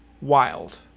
...wild